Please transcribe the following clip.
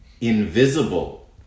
invisible